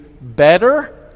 better